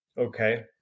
Okay